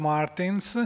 Martins